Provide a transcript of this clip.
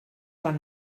van